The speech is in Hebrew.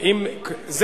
אולי הוא ישתכנע.